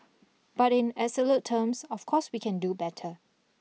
but in absolute terms of course we can do better